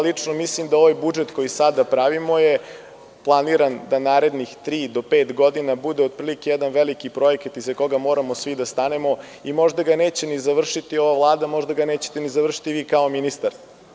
Lično mislim da ovaj budžet koji sada pravimo je planiran da narednih tri do pet godina bude otprilike jedan veliki projekat iza kojeg moramo svi da stanemo i možda ga neće ni završiti ova vlada, možda ga nećete završiti ni vi kao ministar.